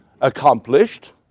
accomplished